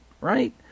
Right